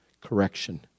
correction